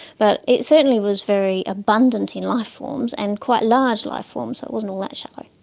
but it certainly was very abundant in lifeforms and quite large lifeforms, so it wasn't all that shallow.